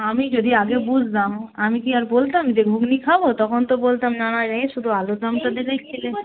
আমি যদি আগে বুঝতাম আমি কি আর বলতাম যে ঘুগনি খাবো তখন তো বলতাম না রে শুধু আলুর দমটা দিলেই খেলেই